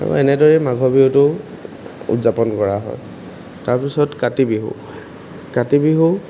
এনেদৰেই মাঘৰ বিহুটো উদযাপন কৰা হয় তাৰপিছত কাতি বিহু কাতি বিহু